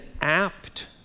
apt